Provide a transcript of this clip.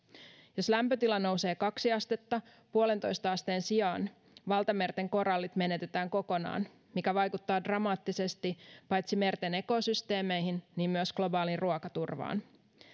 jos lämpötila nousee kaksi astetta yhteen pilkku viiteen asteen sijaan valtamerten korallit menetetään kokonaan mikä vaikuttaa dramaattisesti paitsi merten ekosysteemeihin myös globaaliin ruokaturvaan